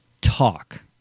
talk